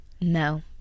No